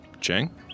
Cheng